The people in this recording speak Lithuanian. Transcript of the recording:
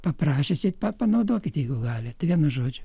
paprašė atsieit panaudokit jeigu galit vienu žodžiu